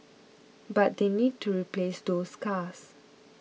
but they need to replace those cars